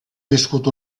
viscut